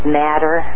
matter